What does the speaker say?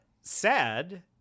sad